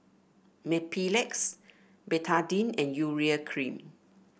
Mepilex Betadine and Urea Cream